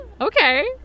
Okay